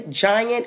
giant